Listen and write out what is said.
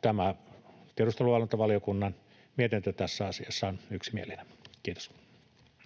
Tämä tiedusteluvalvontavaliokunnan mietintö tässä asiassa on yksimielinen. — Kiitos.